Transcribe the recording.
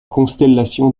constellation